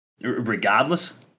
regardless